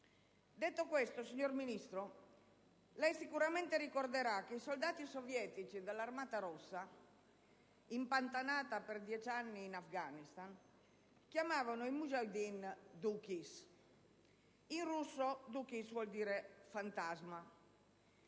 Detto questo, signor Ministro, lei sicuramente ricorderà che i soldati sovietici dell'Armata Rossa, impantanata per dieci anni in Afghanistan, chiamarono i *mujaheddin dushy,* che in russo vuol dire fantasma;